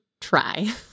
try